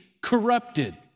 corrupted